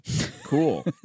cool